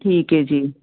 ਠੀਕ ਏ ਜੀ